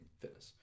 fitness